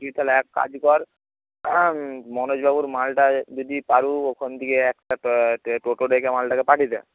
তুই তাহলে এক কাজ কর মনোজ বাবুর মালটা যদি পারো ওখান দিয়ে একটা টোটো ডেকে মালটাকে পাঠিয়ে দে